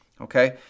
Okay